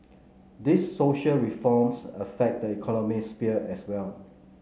these social reforms affect the economic sphere as well